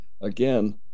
again